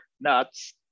Nuts